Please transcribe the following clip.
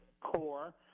core